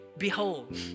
Behold